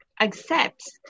accepts